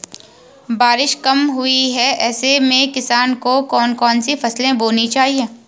बारिश कम हुई है ऐसे में किसानों को कौन कौन सी फसलें बोनी चाहिए?